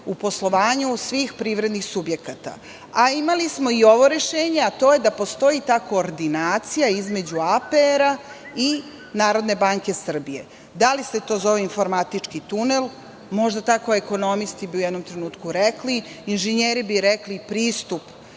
u poslovanju svih privrednih subjekata. Imali smo i ovo rešenje, a to je da postoji ta koordinacija između APR i Narodne banke Srbije. Da li se to zove informatički tunel? Možda bi tako ekonomisti u jednom trenutku rekli. Inženjeri bi rekli pristup